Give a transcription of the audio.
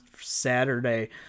Saturday